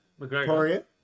McGregor